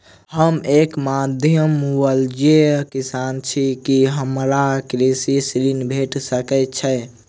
हम एक मध्यमवर्गीय किसान छी, की हमरा कृषि ऋण भेट सकय छई?